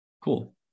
Cool